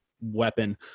weapon